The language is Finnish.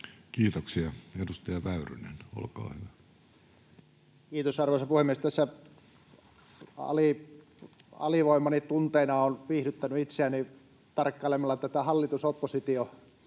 Kiitoksia. — Edustaja Väyrynen, olkaa hyvä. Kiitos, arvoisa puhemies! Tässä alivoimani tunteina olen viihdyttänyt itseäni tarkkailemalla tätä hallitus—oppositio-akselia